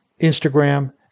Instagram